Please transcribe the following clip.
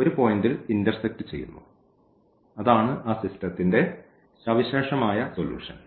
ഒരു പോയിൻറ്ൽ ഇൻറർസെക്റ്റ് ചെയ്യുന്നു അതാണ് ആ സിസ്റ്റത്തിന്റെ സവിശേഷമായ സൊല്യൂഷൻ